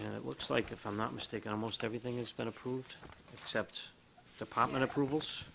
and it looks like if i'm not mistaken almost everything has been approved except department approval